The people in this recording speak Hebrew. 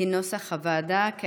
כנוסח הוועדה, נתקבל.